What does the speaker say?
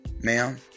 ma'am